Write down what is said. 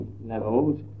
levels